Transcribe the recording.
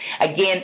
again